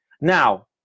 Now